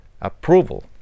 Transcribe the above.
approval